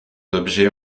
d’objets